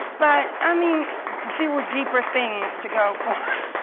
but i mean there were deeper things to go for.